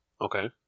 Okay